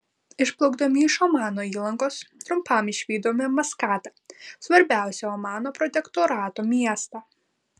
išplaukdami iš omano įlankos trumpam išvydome maskatą svarbiausią omano protektorato miestą